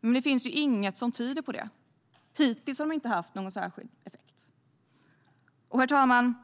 Men det finns inget som tyder på det. Hittills har de inte haft någon särskild effekt. Herr talman!